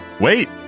Wait